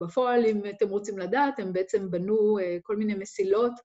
‫בפועל, אם אתם רוצים לדעת, ‫הם בעצם בנו כל מיני מסילות.